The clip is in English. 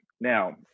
Now